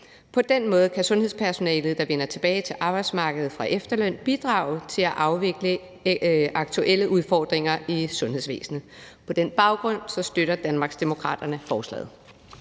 På den måde kan sundhedspersonalet, der vender tilbage til arbejdsmarkedet fra efterløn, bidrage til at afvikle aktuelle udfordringer i sundhedsvæsenet. På den baggrund støtter Danmarksdemokraterne forslaget.